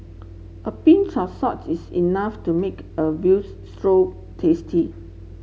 a pinch of salts is enough to make a veal stew tasty